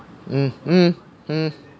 mm mm hmm